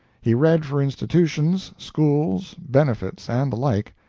he read for institutions, schools, benefits, and the like,